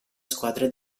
squadra